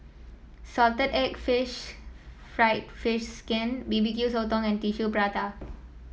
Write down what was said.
Salted Egg fish fried fish skin B B Q Sotong and Tissue Prata